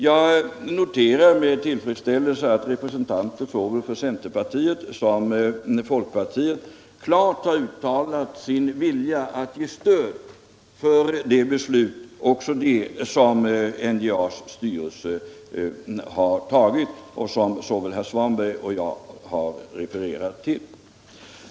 Jag noterar med tillfredsställelse att representanter för både centerpartiet och folkpartiet klart uttalat sin vilja att ge stöd åt det beslut som NJA:s styrelse har fattat och som såväl herr Svanberg som jag har refererat till.